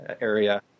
area